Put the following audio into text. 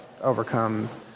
overcome